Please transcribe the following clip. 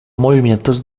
movimientos